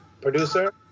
producer